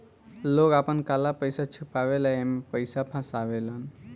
लोग आपन काला पइसा छुपावे ला एमे पइसा फसावेलन